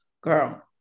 girl